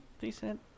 decent